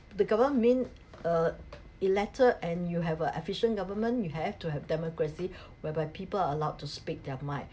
the government being uh elected and you have a efficient government you have to have democracy whereby people are allowed to speak their minds